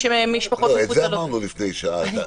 את זה אמרנו לפני שעה.